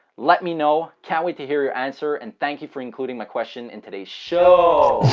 let me know, can't wait to hear your answer and thank you for including my question and today's show.